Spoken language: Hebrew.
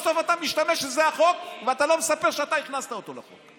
ובסוף אתה משתמש שזה החוק ואתה לא מספר שאתה הכנסת אותו לחוק.